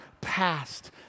past